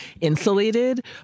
insulated